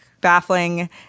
baffling